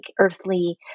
earthly